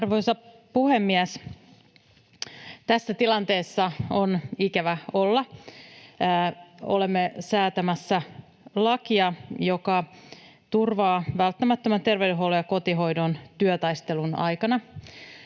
Arvoisa puhemies! Tässä tilanteessa on ikävä olla. Olemme säätämässä lakia, joka turvaa välttämättömän terveydenhuollon ja kotihoidon työtaistelun aikana.